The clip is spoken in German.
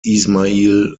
ismail